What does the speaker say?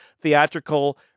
theatrical